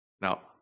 Now